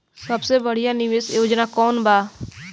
सबसे बढ़िया निवेश योजना कौन बा?